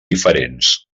diferents